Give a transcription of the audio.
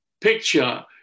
picture